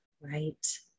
Right